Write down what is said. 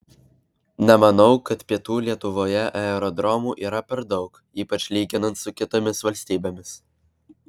nemanau kad pietų lietuvoje aerodromų yra per daug ypač lyginant su kitomis valstybėmis